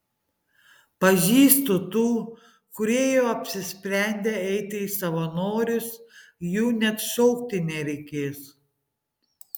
pažįstu tų kurie jau apsisprendę eiti į savanorius jų net šaukti nereikės